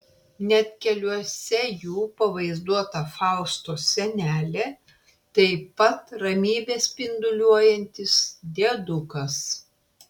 net keliuose jų pavaizduota faustos senelė taip pat ramybe spinduliuojantis diedukas